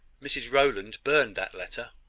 mrs rowland burned that letter.